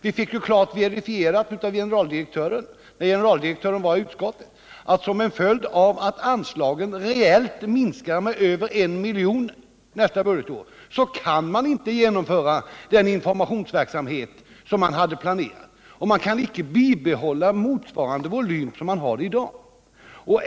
Vi fick klart verifierat av trafiksäkerhetsverkets generaldirektör vid hans besök i trafikutskottet att trafiksäkerhetsverket, som en följd av att anslagen reellt minskar med över 1 miljon nästa budgetår, inte kan genomföra den informationsverksamhet som man planerat. Man kan icke bibehålla en volym motsvarande den som man har i dag.